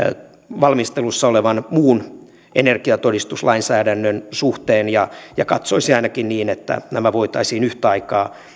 valmistelussa olevan muun energiatodistuslainsäädännön suhteen ja ja katsoisi ainakin niin että nämä voitaisiin yhtä aikaa